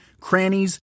crannies